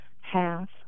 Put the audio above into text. half